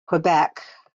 quebec